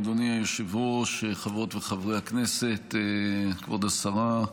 אדוני היושב-ראש, חברות וחברי הכנסת, כבוד השרה,